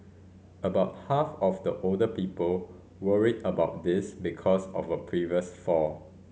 about half of the older people worry about this because of a previous fall